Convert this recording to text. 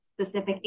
specific